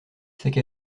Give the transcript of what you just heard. sac